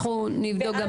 אנחנו נבדוק גם את